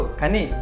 Kani